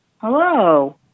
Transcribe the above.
Hello